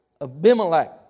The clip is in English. Abimelech